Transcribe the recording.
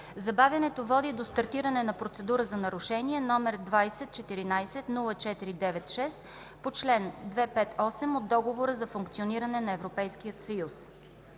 Забавянето води до стартиране на Процедура за нарушение № 2014/0496 по чл. 258 от Договора за функциониране на Европейския съюз.